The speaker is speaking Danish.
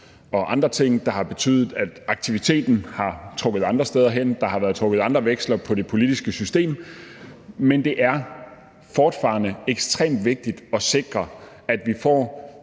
og andre ting, der har betydet, at aktiviteten har været trukket andre steder hen. Der har været trukket andre veksler på det politiske system, men det er fortfarende ekstremt vigtigt at sikre, at vi får